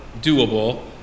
doable